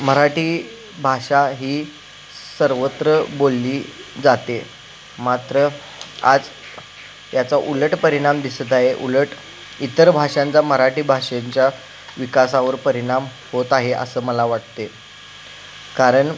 मराठी भाषा ही सर्वत्र बोलली जाते मात्र आज याचा उलट परिणाम दिसत आहे उलट इतर भाषांचा मराठी भाषेंच्या विकासावर परिणाम होत आहे असं मला वाटते कारण